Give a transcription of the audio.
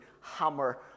hammer